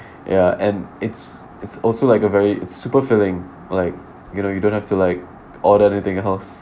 ya and it's it's also like a very super filling like you know you don't have to like order anything else